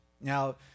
Now